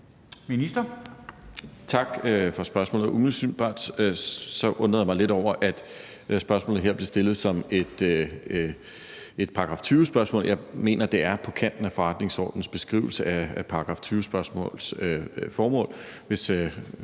Tak for spørgsmålet. Umiddelbart undrer jeg mig lidt over, at spørgsmålet her bliver stillet som et § 20-spørgsmål. Jeg mener, at det er på kanten af forretningsordenens beskrivelse af § 20-spørgsmåls formål, og